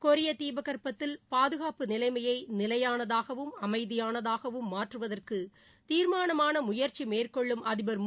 கொரியதீபகற்பத்தில் பாதுகாப்பு நிலைமையைநிலையானதாகவும் அமைதியானதாகவும் மாற்றுவதற்குதீர்மானகரமானமுயற்சிமேற்கொள்ளும் பாராட்டுதெரிவித்தார்